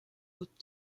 haute